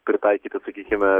pritaikyti sakykime